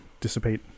dissipate